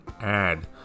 add